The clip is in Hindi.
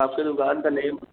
आपकी दुकान का नेम